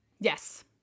Yes